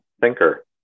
thinker